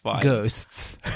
ghosts